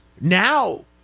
now